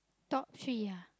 top three ah